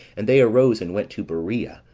and they arose and went to berea,